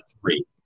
three